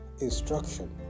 instruction